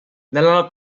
nella